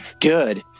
good